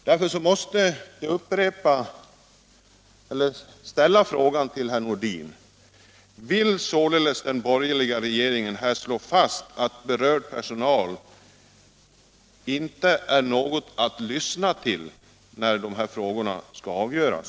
Därför måste jag ställa frågan till herr Nordin: Vill således den borgerliga regeringen här slå fast att personalen inte är något att lyssna till när de här frågorna skall avgöras?